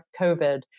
COVID